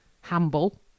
Hamble